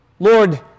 Lord